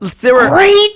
Great